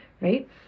right